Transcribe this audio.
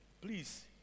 Please